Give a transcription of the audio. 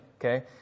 okay